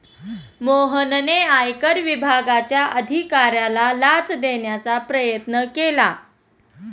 मोहनने आयकर विभागाच्या अधिकाऱ्याला लाच देण्याचा प्रयत्न केला